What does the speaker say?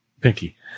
pinky